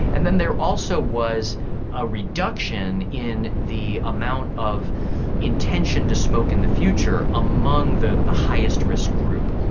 and then there also was a reduction in the amount of intention to smoke in the future among the the highest risk group.